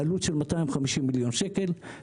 בעלות של 250 מיליון שקל,